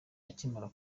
akimara